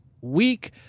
week